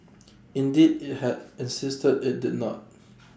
indeed IT had insisted IT did not